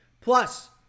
Plus